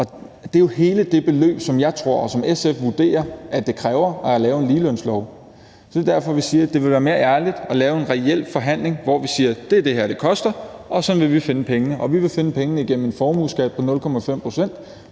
og det er jo hele det beløb, som jeg tror og SF vurderer det kræver at lave en ligelønslov. Det er derfor, vi siger, at det ville være mere ærligt at lave en reel forhandling, hvor vi siger: Det er det her, det koster, og sådan vil vi finde pengene. Og vi vil finde pengene gennem en formueskat på 0,5 pct.